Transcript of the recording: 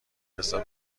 لذت